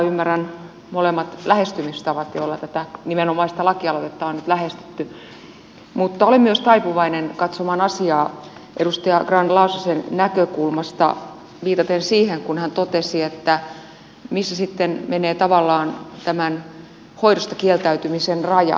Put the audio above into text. ymmärrän molemmat lähestymistavat joilla tätä nimenomaista lakialoitetta on nyt lähestytty mutta olen myös taipuvainen katsomaan asiaa edustaja grahn laasosen näkökulmasta viitaten siihen kun hän totesi että missä sitten menee tavallaan tämän hoidosta kieltäytymisen raja